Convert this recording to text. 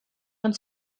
ins